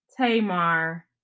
Tamar